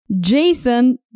Jason